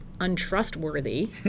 untrustworthy